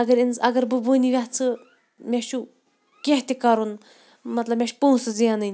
اگر اِنس اگر بہٕ وٕنۍ یژھٕ مےٚ چھُ کینٛہہ تہِ کَرُن مطلب مےٚ چھُ پونٛسہٕ زینٕنۍ